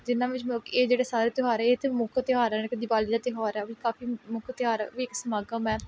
ਜਿੰਨਾ ਵਿੱਚ ਮਤਲਬ ਕਿ ਇਹ ਜਿਹੜੇ ਸਾਰੇ ਤਿਉਹਾਰ ਇਹ ਇੱਥੇ ਮੁੱਖ ਤਿਉਹਾਰ ਹਨ ਕਿ ਦਿਵਾਲੀ ਤਿਉਹਾਰ ਆ ਉਹ ਵੀ ਕਾਫ਼ੀ ਮੁੱਖ ਤਿਉਹਾਰ ਉਹ ਵੀ ਇੱਕ ਸਮਾਗਮ ਹੈ